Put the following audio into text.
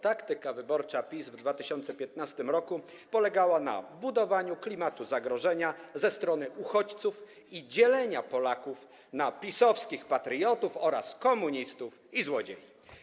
Taktyka wyborcza PiS w 2015 r. polegała na budowaniu klimatu zagrożenia ze strony uchodźców i dzieleniu Polaków na PiS-owskich patriotów oraz komunistów i złodziei.